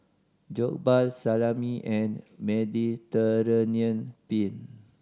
Jokbal Salami and Mediterranean Penne